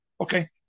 Okay